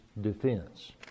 defense